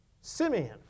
Simeon